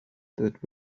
that